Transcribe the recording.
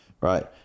right